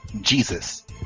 Jesus